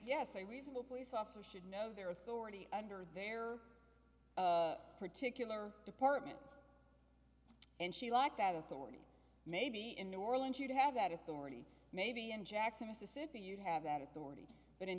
yes a reasonable police officer should know their authority under their particular department and she lacked that authority maybe in new orleans you do have that authority maybe in jackson mississippi you have that authority